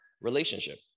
relationship